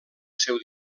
seu